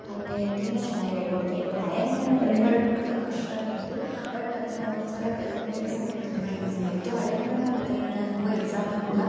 ಹಾಗೆ ತುಂಬ ಚೆನ್ನಾಗಿ ಹೇಳ್ಕೊಡ್ತ ಇದ್ದರು ಹಳೆಗನ್ನಡ ಪದ್ಯಗಳು ಆದರೆ ಕಷ್ಟವೇ ಇತ್ತು ಬಟ್ ಅದನ್ನು ಒಂದು ಸಲ ಕಲಿತ್ಮೇಲೆ ನನಗೆ ತುಂಬ ಈಸಿ ಆಯಿತು ಹಳೆಗನ್ನಡ ಪದ್ಯಗಳನ್ನ ನಾವು ಎಕ್ಸಾಮಲ್ಲಿ ಕೂಡ